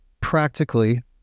practically